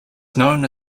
known